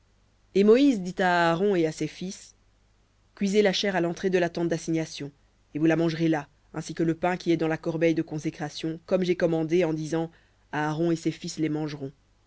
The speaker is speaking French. et moïse dit à aaron et à ses fils cuisez la chair à l'entrée de la tente d'assignation et vous la mangerez là ainsi que le pain qui est dans la corbeille de consécration comme j'ai commandé en disant aaron et ses fils les mangeront